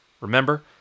remember